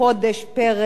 פר יום,